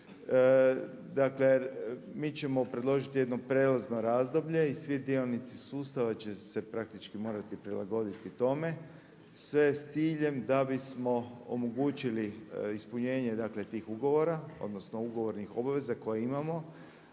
Dakle mi ćemo predložiti jedno prijelazno razdoblje i svi dionici sustava će se praktički morati prilagoditi tome sve s ciljem da bismo omogućili ispunjenje dakle tih ugovora, odnosno ugovornih obveza koje imamo